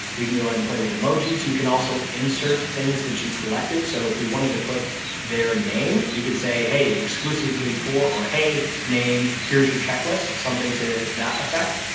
we can go ahead and play with emojis. you can also insert things that you collected. so if we wanted to put their name, we could say, hey, exclusively for, or hey, name, here's your checklist, something to that effect.